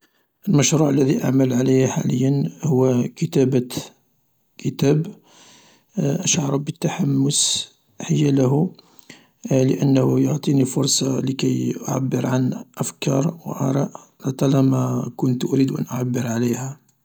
﻿المشروع الذي أعمل عليه حاليا، هو كتابة كتاب أشعر بالتحمس حياله، لأنه يعطيني فرصة لكي أعبر عن أفكار وأراء لطالما كنت أريد أن أعبر عليها